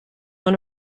one